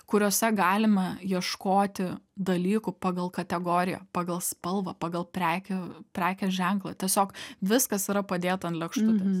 kuriuose galima ieškoti dalykų pagal kategoriją pagal spalvą pagal prekių prekės ženklą tiesiog viskas yra padėta ant lėkštutės